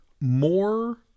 more